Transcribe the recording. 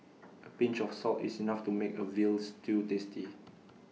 A pinch of salt is enough to make A Veal Stew tasty